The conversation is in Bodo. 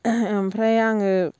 ओमफ्राय आङो